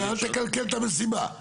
אל תקלקל את המסיבה.